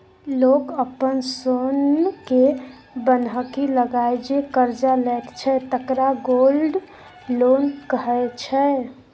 लोक अपन सोनकेँ बन्हकी लगाए जे करजा लैत छै तकरा गोल्ड लोन कहै छै